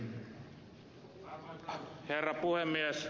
arvoisa herra puhemies